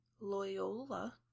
Loyola